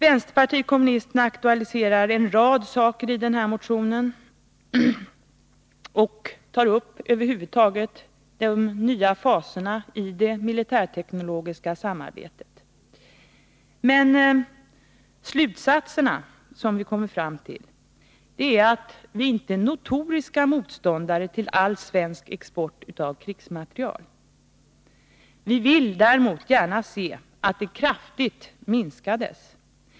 Vänsterpartiet kommunisterna aktualiserar en rad saker i den här motionen och tar över huvud taget upp de nya faserna i det militärteknologiska samarbetet. Men de slutsatser vi kommer fram till är att vi inte är notoriska motståndare till all svensk export av krigsmateriel. Vi vill däremot gärna se att den kraftigt minskas.